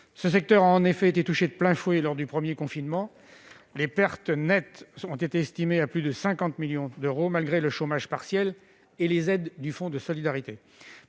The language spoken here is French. Ce secteur a en effet été touché de plein fouet lors du premier confinement. Les pertes nettes ont été estimées à plus de 50 millions d'euros, malgré le chômage partiel et les aides du fonds de solidarité.